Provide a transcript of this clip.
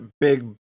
big